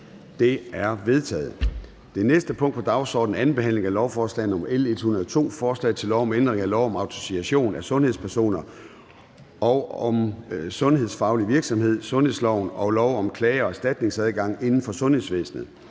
uden for betænkningen af Zenia Stampe (RV)). 28) 2. behandling af lovforslag nr. L 102: Forslag til lov om ændring af lov om autorisation af sundhedspersoner og om sundhedsfaglig virksomhed, sundhedsloven og lov om klage- og erstatningsadgang inden for sundhedsvæsenet.